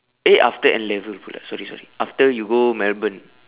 eh after N-level pula sorry sorry after you go melbourne